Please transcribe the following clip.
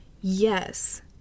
Yes